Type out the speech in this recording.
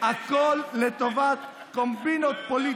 הכול לטובת קומבינות פוליטיות.